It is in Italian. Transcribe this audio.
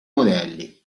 modelli